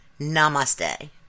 Namaste